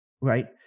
right